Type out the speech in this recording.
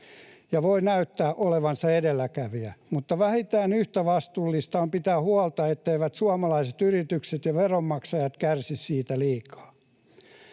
Ja voi näyttää olevansa edelläkävijä, mutta vähintään yhtä vastuullista on pitää huolta, etteivät suomalaiset yritykset ja veronmaksajat kärsi siitä liikaa.